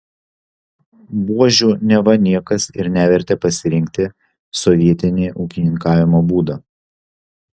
buožių neva niekas ir nevertė pasirinkti sovietini ūkininkavimo būdą